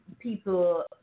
people